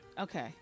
Okay